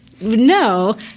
no